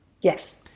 yes